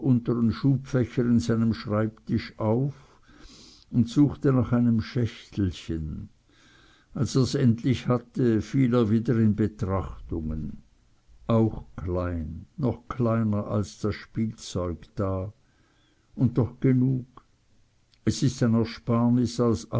schubfächer in seinem schreibtisch auf und suchte nach einem schächtelchen als er's endlich hatte fiel er wieder in betrachtungen auch klein noch kleiner als das spielzeug da und doch genug es ist ein ersparnis aus